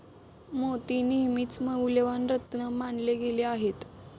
मोती नेहमीच मौल्यवान रत्न मानले गेले आहेत